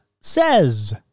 says